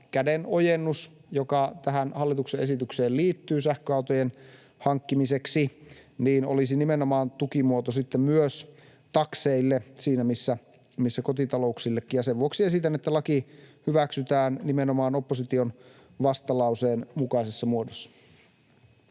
kädenojennus, joka tähän hallituksen esitykseen liittyy sähköautojen hankkimiseksi, olisi nimenomaan tukimuoto sitten myös takseille siinä missä kotitalouksillekin. Sen vuoksi esitän, että laki hyväksytään nimenomaan opposition vastalauseen mukaisessa muodossa.